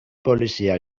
polizia